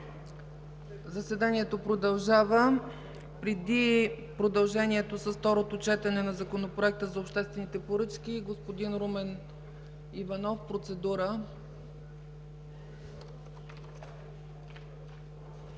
Заседанието продължава. Преди да продължим с второто четене на Законопроекта за обществените поръчки – господин Румен Иванов, процедура.